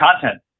content